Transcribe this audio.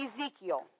Ezekiel